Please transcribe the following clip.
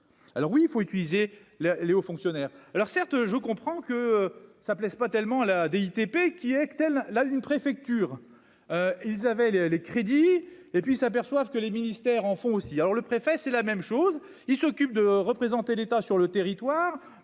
alors oui, il faut utiliser la les hauts fonctionnaires, alors certes je comprends que ça plaise pas tellement la ITP qui est telle, la une préfecture, ils avaient les les crédits et puis ils s'aperçoivent que les ministères en font aussi, alors le préfet, c'est la même chose, il s'occupe de représenter l'État sur le territoire,